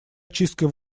очисткой